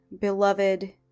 beloved